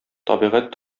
табигать